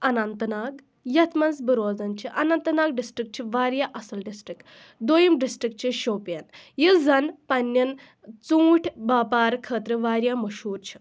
اَننٛت ناگ یَتھ منٛز بہٕ بہٕ روزان چھِ اَننٛت ناگ ڈِسٹرک چھُ واریاہ اَصٕل ڈِسٹرک دوٚیِم ڈِسٹرک چھُ شوپیَن یُس زَن پنٕنٮ۪ن ژوٗنٛٹھۍ باپار خٲطرٕ واریاہ مشہوٗر چھُ